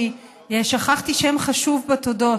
אני שכחתי שמות חשובים בתודות,